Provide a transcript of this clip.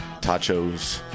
tachos